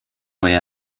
way